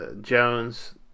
Jones